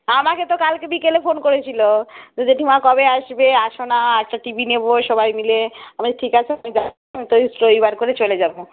আমাকে তো কালকে বিকেলে ফোন করেছিল জেঠিমা কবে আসবে এস না একটা টি ভি নেব সবাই মিলে আমি ঠিক আছে রবিবার করে চলে যাব